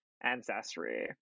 Ancestry